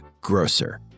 Grocer